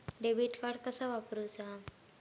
Debit card कसा वापरुचा?